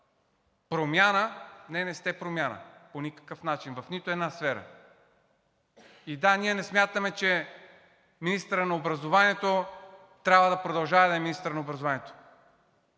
промяна, не, не сте промяна по никакъв начин, в нито една сфера. И да, ние не смятаме, че министърът на образованието трябва да продължава да е министър на образованието